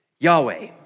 Yahweh